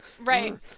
right